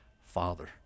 Father